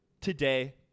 today